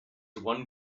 one